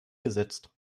gesetzt